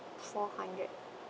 four hundred